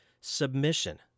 submission